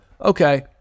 okay